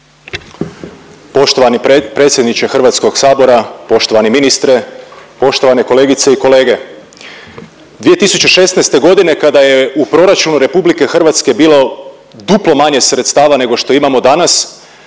Poštovani predsjedniče HS-a, poštovani ministre, poštovane kolegice i kolege. 2016.g. kada je u proračunu RH bilo duplo manje sredstava nego što imamo danas